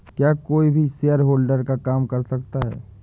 क्या कोई भी शेयरहोल्डर का काम कर सकता है?